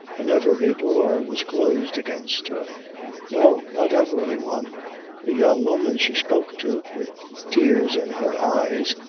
and every door was closed against her no, not every one the young woman she spoke to, with tears in her eyes,